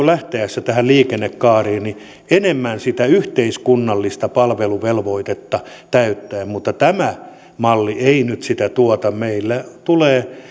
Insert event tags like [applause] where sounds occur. [unintelligible] lähtiessä tähän liikennekaareen ja täyttää enemmän sitä yhteiskunnallista palveluvelvoitetta mutta tämä malli ei nyt sitä tuota meille tulee [unintelligible]